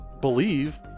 believe